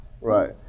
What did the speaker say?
Right